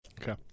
Okay